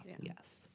Yes